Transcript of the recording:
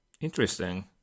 Interesting